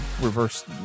reverse